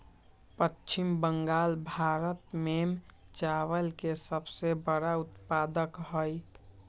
पश्चिम बंगाल भारत में चावल के सबसे बड़ा उत्पादक हई